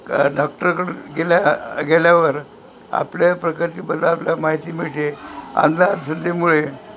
कारण डॉक्टरकडं गेल्या गेल्यावर आपल्या प्रकारची बरं आपल्याला माहिती मिळते अंधश्रद्धेमुळे